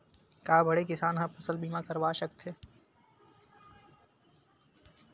का बड़े किसान ह फसल बीमा करवा सकथे?